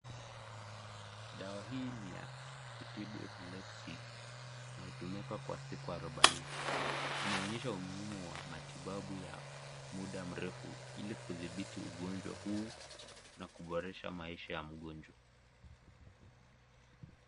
Dawa hii ni ya kutibu epilepsy na tumewekwa kwa siku arobaini. Inaonyesha umuhimu wa matibabu ya muda mrefu ili kuthibiti ugonjwa huu na kuboresha maisha ya mgonjwa.